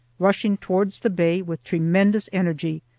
rushing towards the bay with tremendous energy,